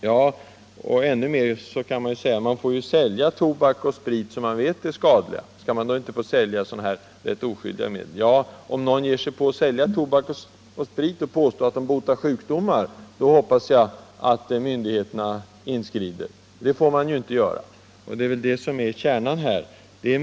Ja, man får också sälja tobak och sprit, som vi vet är skadligt. Skall man då inte få sälja dessa rätt oskyldiga medel? Om någon säljer tobak och sprit och samtidigt påstår att de botar sjukdomar hoppas jag att myndigheterna inskrider. Det får man inte göra, det är det som är kärnan.